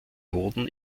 hoden